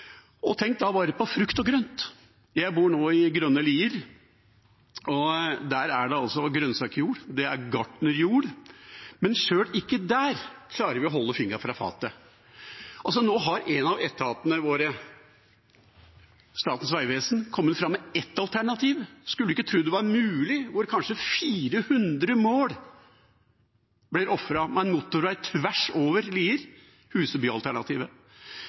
og grønt. Jeg bor nå i grønne Lier. Der er det grønnsaksjord, der er det gartnerjord, men sjøl ikke der klarer vi å holde fingrene fra fatet. Nå har en av etatene våre, Statens vegvesen, kommet med et alternativ – en skulle ikke tro det var mulig – hvor kanskje 400 mål blir ofret for en motorvei tvers over Lier,